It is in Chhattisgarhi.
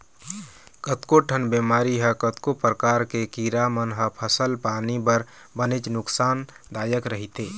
कतको ठन बेमारी ह कतको परकार के कीरा मन ह फसल पानी बर बनेच नुकसान दायक रहिथे